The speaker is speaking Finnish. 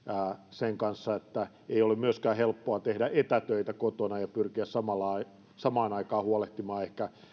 sen kanssa että ei ole myöskään helppoa tehdä etätöitä kotona ja pyrkiä samaan aikaan huolehtimaan ehkä